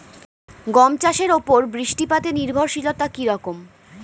গম চাষের উপর বৃষ্টিপাতে নির্ভরশীলতা কী রকম?